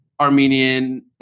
Armenian